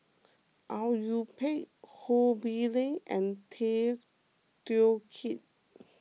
Au Yue Pak Ho Bee Ling and Tay Teow Kiat